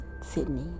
Sydney